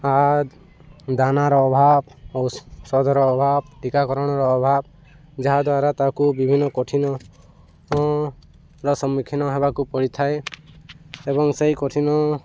ଦାନାର ଅଭାବ ଔଷଧର ଅଭାବ ଟୀକାକରଣର ଅଭାବ ଯାହାଦ୍ୱାରା ତାକୁ ବିଭିନ୍ନ କଠିନର ସମ୍ମୁଖୀନ ହେବାକୁ ପଡ଼ିଥାଏ ଏବଂ ସେହି କଠିନ